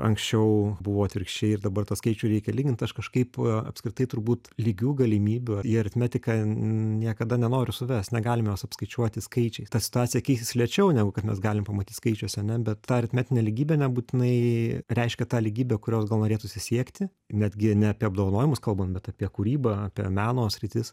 anksčiau buvo atvirkščiai ir dabar tą skaičių reikia lygint aš kažkaip apskritai turbūt lygių galimybių į aritmetiką niekada nenoriu suvest negalime apskaičiuoti skaičiai ta situacija keisis lėčiau negu kad mes galim pamatyti skaičiuose ar ne bet tą aritmetinė lygybė nebūtinai reiškia tą lygybę kurios gal norėtųsi siekti netgi ne apie apdovanojimus kalbam bet apie kūrybą apie meno sritis